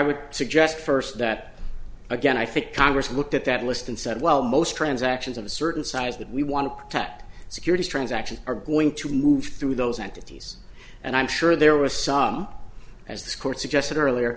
would suggest first that again i think congress looked at that list and said well most transactions of a certain size that we want to protect securities transactions are going to move through those entities and i'm sure there was some as this court suggested earlier